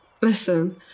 Listen